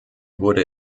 wurde